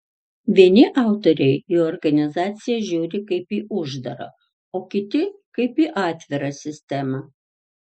vieni autoriai į organizaciją žiūri kaip į uždarą o kiti kaip į atvirą sistemą